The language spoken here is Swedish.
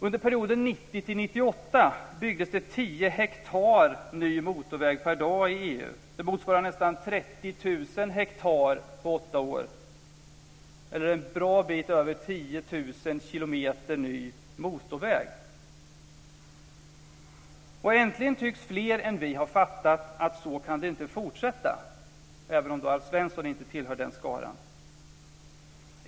Under perioden 1990-1998 byggdes tio hektar ny motorväg per dag i EU. Det motsvarar nästan 30 000 hektar på åtta år, eller en bra bit över 10 000 kilometer ny motorväg. Äntligen tycks fler än vi ha fattat att det inte kan fortsätta så, även om Alf Svensson inte tillhör den skaran.